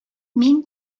мин